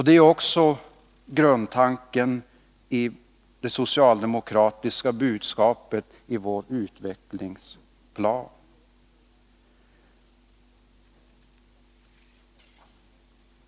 Det är också grundtanken i budskapet i den socialdemokratiska utvecklingsplanen.